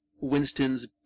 Winston's